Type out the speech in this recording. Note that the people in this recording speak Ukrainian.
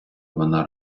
вона